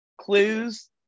clues